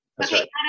Okay